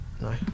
No